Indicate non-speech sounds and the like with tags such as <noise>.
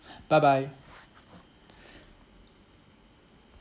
<breath> bye bye